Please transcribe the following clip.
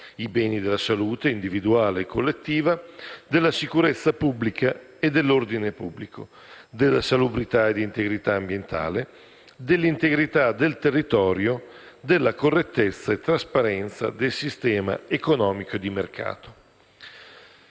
(i beni della salute individuale e collettiva, della sicurezza pubblica e dell'ordine pubblico, della salubrità ed integrità ambientale, dell'integrità del territorio, della correttezza e trasparenza del sistema economico e di mercato).